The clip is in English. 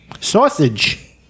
sausage